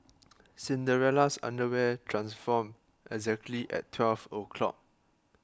Cinderella's underwear transformed exactly at twelve o'clock